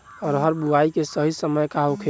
अरहर बुआई के सही समय का होखे?